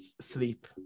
sleep